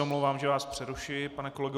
Omlouvám se, že vás přerušuji, pane kolego.